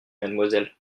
mademoiselle